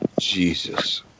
Jesus